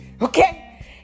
Okay